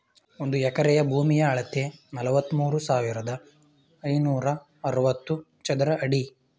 ಒಂದು ಎಕರೆ ಭೂಮಿಯ ಅಳತೆ ನಲವತ್ಮೂರು ಸಾವಿರದ ಐನೂರ ಅರವತ್ತು ಚದರ ಅಡಿ